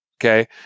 okay